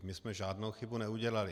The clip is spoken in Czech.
My jsme žádnou chybu neudělali.